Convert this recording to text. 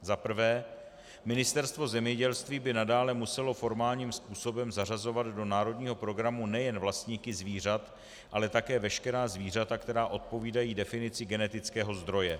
Za prvé, Ministerstvo zemědělství by nadále muselo formálním způsobem zařazovat do národního programu nejen vlastníky zvířat, ale také veškerá zvířata, která odpovídají definici genetického zdroje.